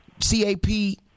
C-A-P